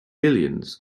billions